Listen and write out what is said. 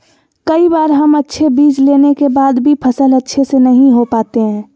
कई बार हम अच्छे बीज लेने के बाद भी फसल अच्छे से नहीं हो पाते हैं?